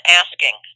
asking